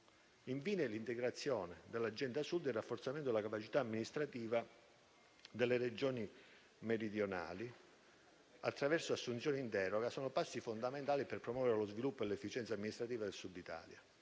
ricordo l'integrazione dell'Agenda Sud e il rafforzamento della capacità amministrativa delle Regioni meridionali attraverso assunzioni in deroga, che sono passi fondamentali per promuovere lo sviluppo e l'efficienza ammnistrativa del Sud Italia.